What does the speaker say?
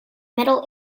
metal